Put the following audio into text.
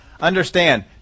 Understand